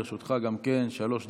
גם לרשותך שלוש דקות.